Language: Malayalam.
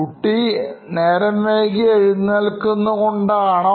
കുട്ടി നേരം വൈകി എഴുന്നേൽക്കുന്നത് കൊണ്ടാണോ